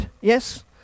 yes